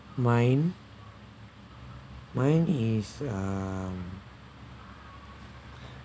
mine mine is um